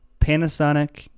panasonic